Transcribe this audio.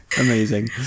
Amazing